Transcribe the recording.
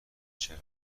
چرا